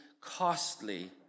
costly